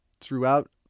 throughout